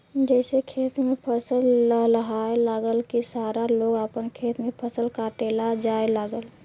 जइसे खेत में फसल लहलहाए लागल की सारा लोग आपन खेत में फसल काटे ला जाए लागल